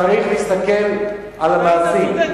צריך להסתכל על המעשים.